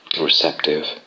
receptive